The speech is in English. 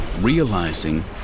realizing